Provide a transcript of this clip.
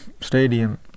stadium